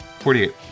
48